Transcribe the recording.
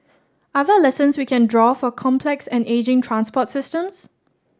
are there lessons we can draw for complex and ageing transport systems